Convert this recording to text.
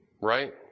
right